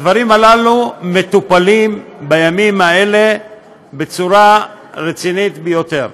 הדברים הללו מטופלים בימים האלה בצורה רצינית ביותר.